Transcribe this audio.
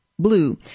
blue